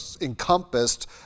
encompassed